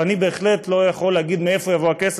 אני בהחלט לא יכול להגיד מאיפה יבוא הכסף.